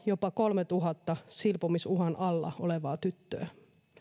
jopa kolmeentuhanteen silpomisuhan alla olevaa tyttöä